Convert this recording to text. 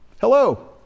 hello